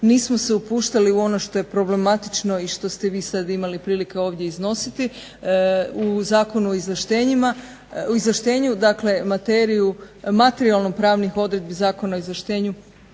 nismo se upuštali u ono što je problematično i što ste vi sad imali prilike ovdje iznositi u Zakonu o izvlaštenju. Dakle, materiju materijalno-pravnih odredbi Zakona o izvlaštenju